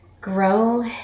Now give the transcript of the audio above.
grow